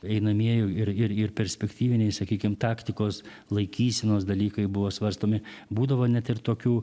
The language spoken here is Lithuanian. einamieji ir ir perspektyviniai sakykim taktikos laikysenos dalykai buvo svarstomi būdavo net ir tokių